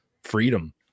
freedom